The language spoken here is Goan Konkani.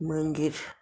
मागीर